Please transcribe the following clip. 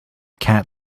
cat